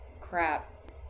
crap